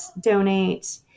donate